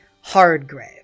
Hardgrave